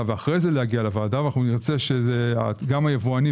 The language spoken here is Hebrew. עליו ואחרי זה להגיע לוועדה - נרצה שגם היבואנים